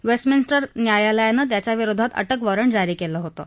Westminster न्यायालयानं त्याच्याविरोधात अटक वॉरंट जारी केलं होतं